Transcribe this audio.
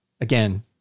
again